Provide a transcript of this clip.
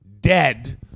dead